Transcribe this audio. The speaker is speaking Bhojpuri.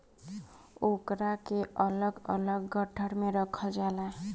ओकरा के अलग अलग गट्ठर मे रखल जाला